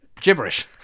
gibberish